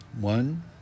One